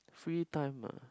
free time ah